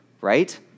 right